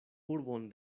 urbon